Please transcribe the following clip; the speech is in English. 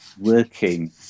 working